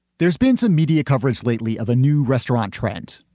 there's been some media coverage lately of a new restaurant trend.